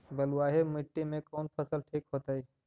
बलुआही मिट्टी में कौन फसल ठिक होतइ?